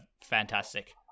fantastic